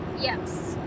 yes